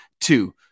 two